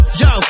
yo